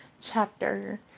chapter